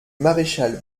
maréchal